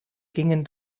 gingen